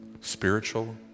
spiritual